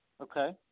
Okay